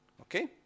Okay